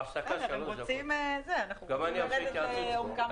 הישיבה נעולה, תבואו עם נוסח מוסכם.